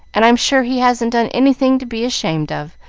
and i'm sure he hasn't done anything to be ashamed of,